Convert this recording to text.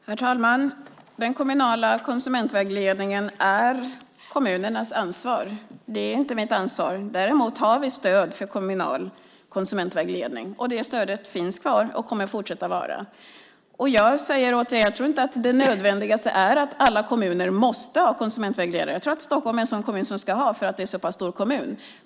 Herr talman! Den kommunala konsumentvägledningen är kommunernas ansvar. Det är inte mitt ansvar. Däremot har vi stöd för kommunal konsumentvägledning. Det stödet finns kvar och kommer att fortsätta att finnas kvar. Jag säger igen: Jag tror inte att det nödvändigaste är att alla kommuner har konsumentvägledare. Jag tror att Stockholm ska ha det eftersom det är en så pass stor kommun.